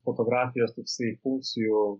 fotografijos toksai funkcijų